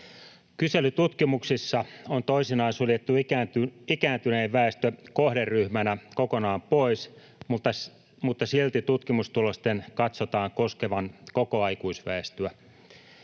Kyselytutkimuksissa on toisinaan suljettu ikääntynyt väestö kohderyhmänä kokonaan pois, mutta silti tutkimustulosten katsotaan koskevan koko aikuisväestöä.